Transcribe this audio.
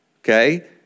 okay